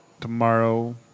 tomorrow